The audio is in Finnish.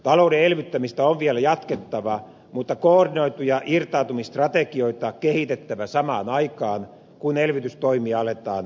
talouden elvyttämistä on vielä jatkettava mutta koordinoituja irtautumisstrategioita kehitettävä samaan aikaan kun elvytystoimia aletaan myöhemmin purkaa